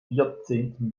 vierzehnten